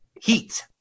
Heat